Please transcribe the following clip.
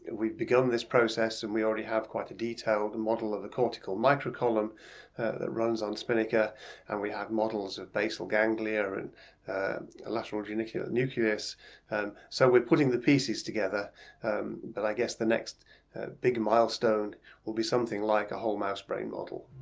and we've begun this process and we already have quite a detailed model of a cortical microcolumn that runs on spinnaker and we have models of basal ganglia and lateral geniculate nucleus so we're putting the pieces together but i guess the next big milestone will be something like a whole mouse brain model.